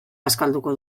bazkalduko